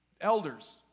elders